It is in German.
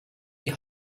die